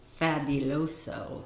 fabuloso